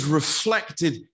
reflected